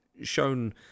shown